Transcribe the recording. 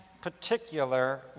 particular